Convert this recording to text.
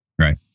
Right